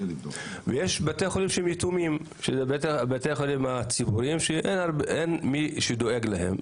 ויש בתי חולים שהם יתומים בתי החולים הציבוריים שאין מי שדואג להם,